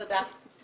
תודה.